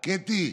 קטי,